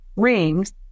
rings